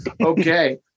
Okay